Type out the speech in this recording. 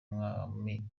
umwami